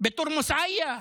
בתורמוס עיא,